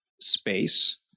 space